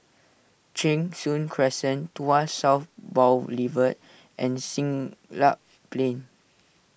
Cheng Soon Crescent Tuas South Boulevard and Siglap Plain